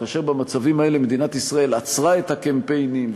כאשר במצבים האלה מדינת ישראל עצרה את הקמפיינים,